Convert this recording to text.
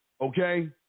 Okay